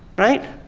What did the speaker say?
right?